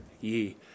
ye